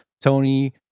Tony